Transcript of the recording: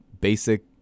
basic